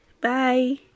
Bye